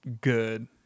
good